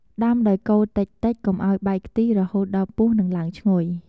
ដាំដោយកូរតិចៗកុំឱ្យបែកខ្ទិះ រហូតដល់ពុះនិងឡើងឈ្ងុយ។